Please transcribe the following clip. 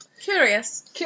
Curious